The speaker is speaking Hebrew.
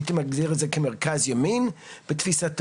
הייתי מגדיר אותו כמרכז-ימין בתפיסתו.